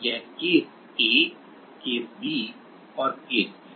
यह case A case B और C सी